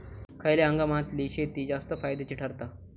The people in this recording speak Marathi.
खयल्या हंगामातली शेती जास्त फायद्याची ठरता?